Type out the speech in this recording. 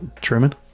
Truman